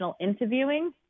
interviewing